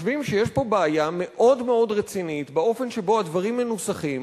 חושבים שיש פה בעיה מאוד מאוד רצינית באופן שבו הדברים מנוסחים.